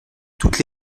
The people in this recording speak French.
toutes